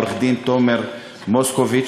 עורך-דין תומר מוסקוביץ.